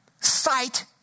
sight